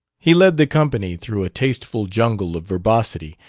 he led the company through a tasteful jungle of verbosity,